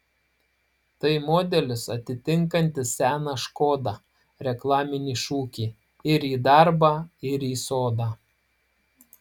tai modelis atitinkantis seną škoda reklaminį šūkį ir į darbą ir į sodą